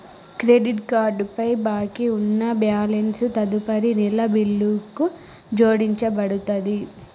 credit card పై బాకీ ఉన్న బ్యాలెన్స్ తదుపరి నెల బిల్లుకు జోడించబడతది